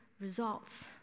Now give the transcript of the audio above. results